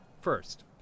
first